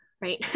right